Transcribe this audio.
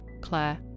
Claire